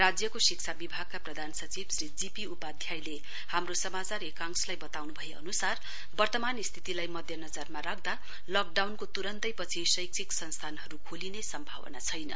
राज्यको शिक्षा विभागका प्रधान सचिव श्री जीपी उपाध्यायले हाम्रो समाचार एकांशलाई बताउनु भए अनुसार वर्तमान स्थितिलाई मध्यनजरमा राख्दा लकडाउनको तुरन्तैपछि शैक्षिक संस्थानहरू खोलिने सम्भावना छैन